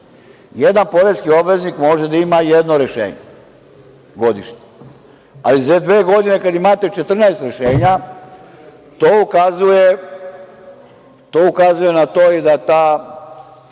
Jedan poreski obveznik može da ima jedno rešenje godišnje, ali za dve godine kada imate 14 rešenja, to ukazuje na to da ta